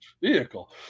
vehicle